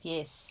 Yes